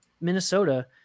Minnesota